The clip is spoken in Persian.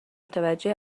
متوجه